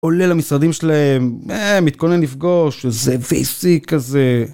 עולה למשרדים שלהם, אה מתכונן לפגוש, זה ויסי כזה.